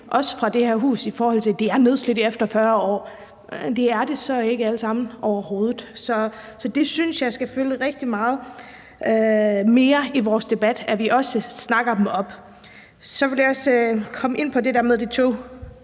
også fra det her hus, i forhold til at de er nedslidte efter 40 år. Men det er de så overhovedet ikke alle sammen. Så jeg synes også, det skal fylde rigtig meget mere i vores debat, at vi snakker dem op. Så vil jeg også komme ind på det med de 2